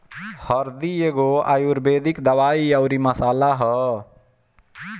हरदी एगो आयुर्वेदिक दवाई अउरी मसाला हअ